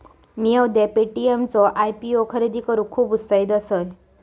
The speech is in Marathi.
मिया उद्या पे.टी.एम चो आय.पी.ओ खरेदी करूक खुप उत्साहित असय